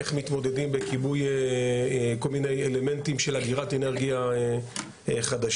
איך מתמודדים בכיבוי כל מיני אלמנטים של אגירת אנרגיה חדשים.